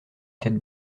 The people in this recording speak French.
tête